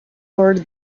for